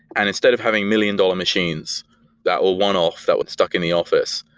and instead of having million dollar machines that were one-off, that would stuck in the office,